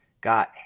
Got